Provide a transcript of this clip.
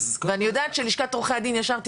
ואני יודעת שלשכת עורכי הדין ישר תקפוץ,